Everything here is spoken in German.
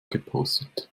gepostet